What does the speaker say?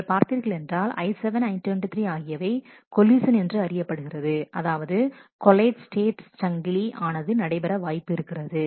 நீங்கள் பார்த்தீர்கள் என்றால் I7I23 ஆகியவை கோலிசன் என்று அறியப்படுகிறது அதாவது கோலேட் ஸ்டேட் சங்கிலி ஆனது நடைபெற வாய்ப்பு இருக்கிறது